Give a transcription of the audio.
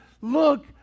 look